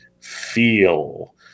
feel